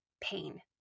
pain